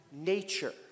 nature